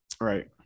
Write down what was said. Right